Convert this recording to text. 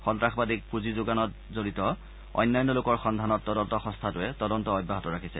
সন্ত্ৰাসবাদীক পূঁজি যোগানত জড়িত অন্যান্য লোকৰ সন্ধানত তদন্ত সংস্থাটোৱে তদন্ত অব্যাহত ৰাখিছে